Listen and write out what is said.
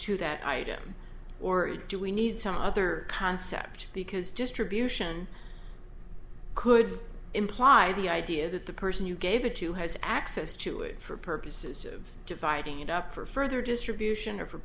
to that item or do we need some other concept because distribution could you imply the idea that the person you gave it to has access to it for purposes of dividing it up for further distribution or for